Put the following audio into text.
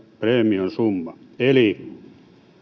preemion summa eli